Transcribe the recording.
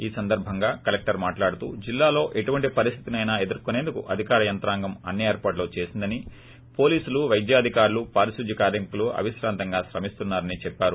ఈ సందర్బంగా కలెక్టర్ మాట్లాడుతూ జిల్లాలో ఎటువంటి పరిస్లితినైనా ఎదుర్కొనేందుకు అధికార యంత్రాంగం అన్ని ఏర్పాట్లు చేసిందని పోలీసులు వైద్యాధికారులు పారిశుధ్య కార్మికులు అవిశ్రాంతంగా శ్రమిస్తున్నా రని చెప్పారు